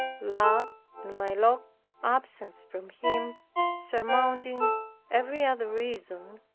love and my long absence from him surmounting every other reason,